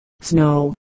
snow